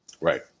Right